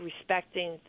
respecting